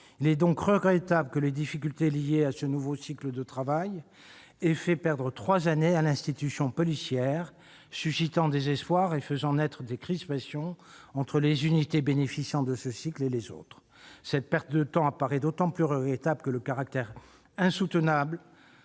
Il est donc regrettable que les difficultés liées à ce nouveau cycle de travail aient fait perdre trois années à l'institution policière, suscitant des espoirs et faisant naître des crispations entre les unités bénéficiant de ce cycle et les autres. Cette perte de temps est d'autant plus déplorable que, du fait de son caractère insoutenable,